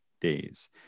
days